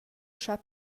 schar